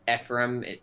Ephraim